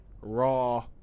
Raw